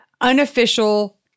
unofficial